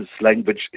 language